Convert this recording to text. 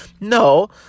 No